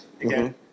again